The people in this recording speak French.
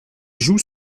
jouent